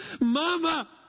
Mama